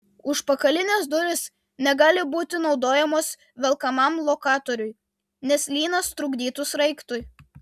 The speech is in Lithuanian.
užpakalinės durys negali būti naudojamos velkamam lokatoriui nes lynas trukdytų sraigtui